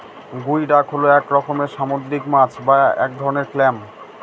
গুই ডাক হল এক রকমের সামুদ্রিক মাছ বা এক ধরনের ক্ল্যাম